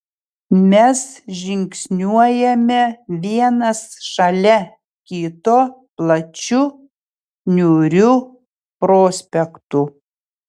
mes žingsniuojame vienas šalia kito plačiu niūriu prospektu